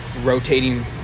rotating